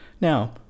Now